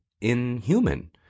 inhuman